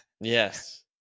Yes